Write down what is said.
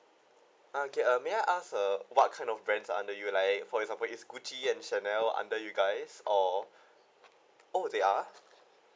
okay uh may I ask uh what kind of brands under you like for example is Gucci and Chanel under you guys or oh they are